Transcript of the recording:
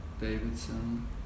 Davidson